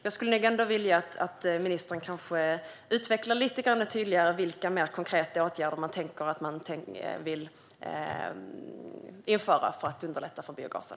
Jag skulle nog ändå vilja att ministern kanske utvecklar lite tydligare vilka mer konkreta åtgärder regeringen tänker vidta för att underlätta för biogasen.